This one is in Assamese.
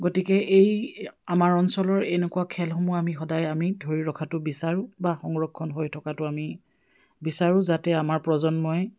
গতিকে এই আমাৰ অঞ্চলৰ এনেকুৱা খেলসমূহ আমি সদায় আমি ধৰি ৰখাটো বিচাৰোঁ বা সংৰক্ষণ হৈ থকাটো আমি বিচাৰোঁ যাতে আমাৰ প্ৰজন্মই